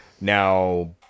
Now